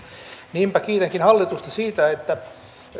niinpä kiitänkin hallitusta siitä että